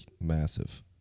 massive